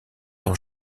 leur